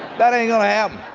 that ain't going to happen.